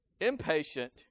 impatient